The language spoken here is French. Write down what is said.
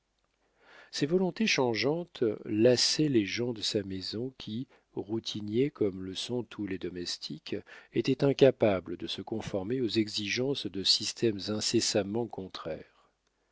ses volontés changeantes lassaient les gens de sa maison qui routiniers comme le sont tous les domestiques étaient incapables de se conformer aux exigences de systèmes incessamment contraires